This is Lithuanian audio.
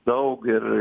daug ir